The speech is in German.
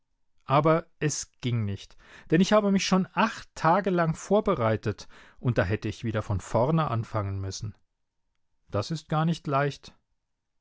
aber es ging nicht denn ich habe mich schon acht tage lang vorbereitet und da hätte ich wieder von vorne anfangen müssen das ist gar nicht leicht